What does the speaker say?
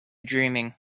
dreaming